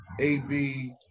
AB